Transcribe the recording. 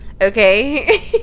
Okay